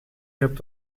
hebt